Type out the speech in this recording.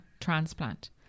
transplant